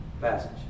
passage